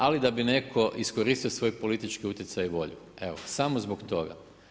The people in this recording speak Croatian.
Ali da bi netko iskoristio svoj politički utjecaj i volju, evo samo zbog toga.